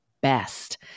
best